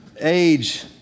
age